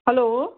hello